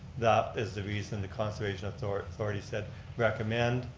that is the reason the conservation authority authority said recommend,